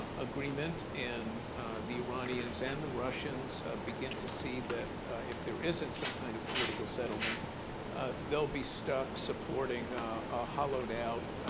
agreement, and the iranians and the russians begin to see that if there isn't isn't some kind of political settlement they'll be stuck supporting a hollowed-out